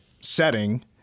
setting—